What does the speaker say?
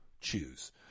choose